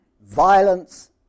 violence